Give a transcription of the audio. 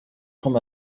from